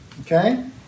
okay